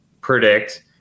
predict